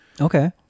okay